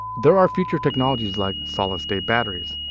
there are future technologies like solid state batteries,